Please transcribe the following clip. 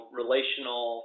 relational